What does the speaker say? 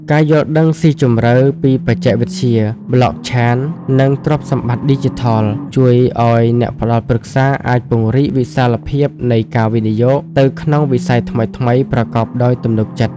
ការយល់ដឹងស៊ីជម្រៅពីបច្ចេកវិទ្យា Blockchain និងទ្រព្យសម្បត្តិឌីជីថល ជួយឱ្យអ្នកផ្ដល់ប្រឹក្សាអាចពង្រីកវិសាលភាពនៃការវិនិយោគទៅក្នុងវិស័យថ្មីៗប្រកបដោយទំនុកចិត្ត។